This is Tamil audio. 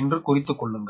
என்று குறித்து கொள்ளுங்கள்